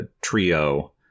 trio